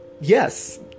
yes